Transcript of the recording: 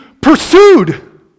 pursued